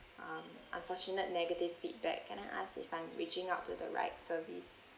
um unfortunate negative feedback can I ask if I'm reaching out to the right service